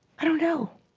i don't know,